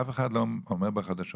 אף אחד לא אומר בחדשות,